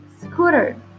scooter